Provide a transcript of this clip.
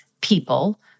people